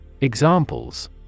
Examples